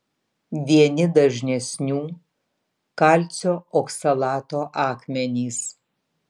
vieni dažnesnių kalcio oksalato akmenys